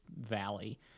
valley